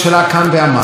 באים ואומרים לנו,